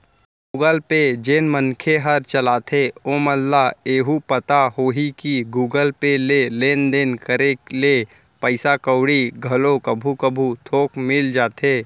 Google Pay जेन मनखे हर चलाथे ओमन ल एहू पता होही कि गुगल पे ले लेन देन करे ले पइसा कउड़ी घलो कभू कभू थोक मिल जाथे